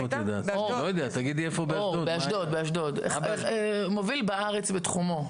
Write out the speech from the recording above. זה מרכז מוביל בארץ בתחומו.